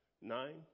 nine